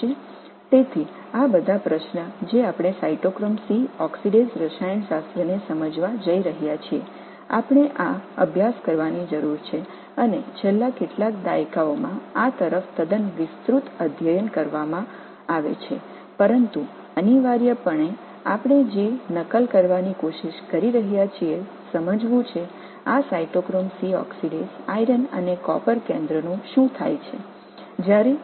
எனவே இந்த கேள்விகள் அனைத்தும் சைட்டோக்ரோம் C ஆக்ஸிடேஸ் வேதியியலைப் புரிந்து கொள்ளப் போகிறோம் இந்த ஆய்வுகள் செய்யப்பட வேண்டும் கடந்த சில தசாப்தங்களாக இது குறித்து விரிவான ஆய்வுகள் செய்யப்படுகின்றன ஆனால் அடிப்படையில் நாம் புரிந்துகொள்ள முயற்சிப்பது குறைந்த வெப்பநிலையில் ஒரு சமமான ஆக்ஸிஜன் சேர்க்கப்படும் போது இந்த சைட்டோக்ரோம் C ஆக்ஸிடேஸ் இரும்பு மற்றும் காப்பர் மையத்திற்கு என்ன நடக்கும்